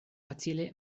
facile